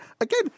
again